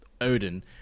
Odin